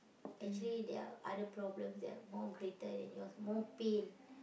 actually there are other problems that are more greater than yours more pain